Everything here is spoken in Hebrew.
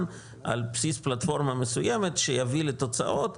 על בסיס פלטפורמה מסוימת שיביא לתוצאות,